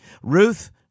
Ruth